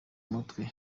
umutwe